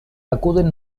acuden